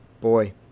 boy